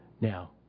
Now